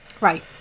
Right